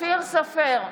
פורר,